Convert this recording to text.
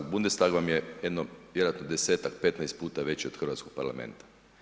Bundestag vam je jedno vjerojatno 10-tak, 15 puta veći od hrvatskog parlamenta.